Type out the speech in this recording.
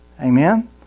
amen